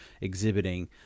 exhibiting